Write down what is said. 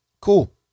cool